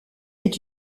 est